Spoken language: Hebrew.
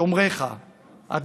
שֹמרך ה'